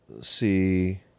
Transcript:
see